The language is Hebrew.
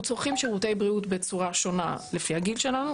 צורכים שירותי בריאות בצורה שונה לפי הגיל שלנו,